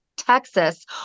Texas